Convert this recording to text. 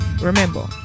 Remember